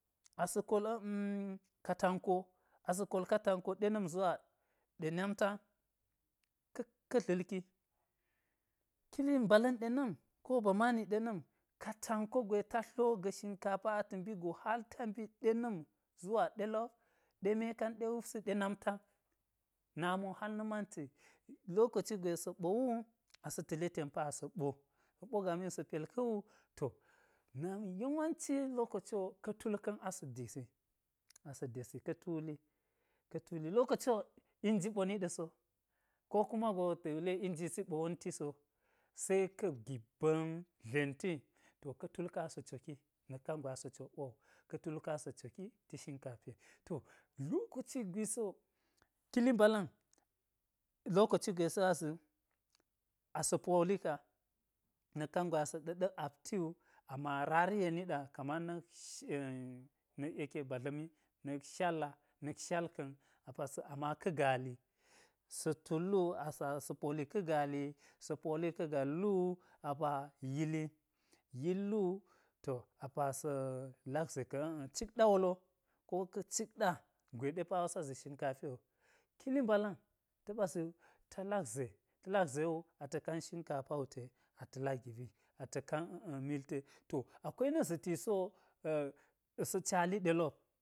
Asa̱ kol katanko asa̱ kol katanko ɗe na̱m zuwa ɗe namtan, ka̱-dla̱lki kili mbala̱n ɗe na̱m ko ba mani ɗe na̱m, katanko gwe ta tlo ga̱ shinkafa ata̱ mbi go halta mbi ɗe na̱m, zuwa ɗelop, ɗe meka̱n ɗe wupsi, ɗe namtan, nami wo hal na̱ manti, lokoci gwe sa̱ ɓo wu asa̱ ta̱le ten pa asa̱ ɓo, sa̱ ɓo gami yek sa̱ pel ka̱wu to-yawanci lokoci wo ka̱ tul ka̱n asa̱ desi ka̱ tuli ka̱ tuli lokoci wo inji ɓo ni ɗa̱so, ko kuma go ta̱ wule inji ɓo wonti so, se ka̱ gib ba̱n dlenti, to ka̱ tul kan asa̱ coki na̱k kangwe asa̱ cok wo wu, ka̱ tulka̱n asa coki ti shinkafe, to lokoci gwisi wo kili mbala̱n lokoci gwisi asa̱ poli ka nak kangwe asa̱ ɗa̱ ɗa̱k apti wu, amma rariye ni ɗa kaman-yeke ba dla̱m ye nak shalla na̱k shal ka̱n ama ka gali sa̱ tul wu asa̱-asa̱ poli ka̱ gali sa̱ poli ka̱ gal wu a pa yili, yil wu to apa sa̱ lak ze ka̱ cikɗa wolo ko ka̱ cikɗa gwe ɗe pa wo sazi shinkafe wu, kili mbala̱n ta̱ɓa zi wu ta lak ze, ta̱ lak ze wu ata̱ kan shinkafa wute ata̱ lak giɓi ata̱ kan mil te, to akwai na̱ za̱tisi wo-sa̱ cali ɗelop.